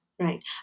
Right